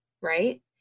Right